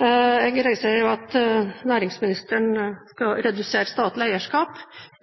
Jeg registrerer jo at næringsministeren skal redusere statlig eierskap.